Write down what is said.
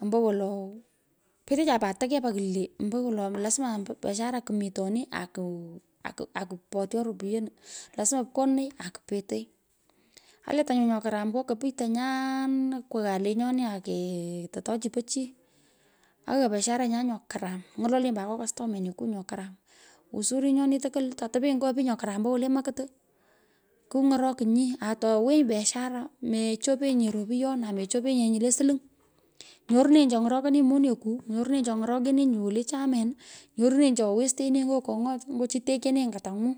Ombowolo petecha put tokepaa kwulee, ombo wolo lasma biashara komitoni ciko, aku potyo ropyenu, lasma pkooii akupetei, aletanyu nyo karam nyo kopichtonyon, akwoghan lenyoni ake totoi chu po chi, aghaan biasharenyan nyo karam, ny’ololenyi pat ngo kostomeniwo nyo karam, uzuri nyoni tukwul to topenyi nyo pich nyo karam ombo wolo makir, kuny'orokinyi, ato wenyi, brashara, mechopenyi," nye ropuyon amechopenyi nye nyu le siling, nyoronenyi cho nu ny'orokonenyi, moneku, nyorunenyi cho ng’orokonenyi wole chamen. nyorunenmyi cho westeeneny ngo king’ot ngo chu tekenenyi katanga.